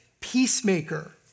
peacemaker